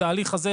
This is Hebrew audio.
התהליך הזה,